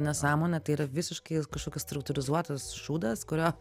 nesąmonė tai yra visiškai kažkokios struktūrizuotas šūdas kurio